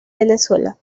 venezuela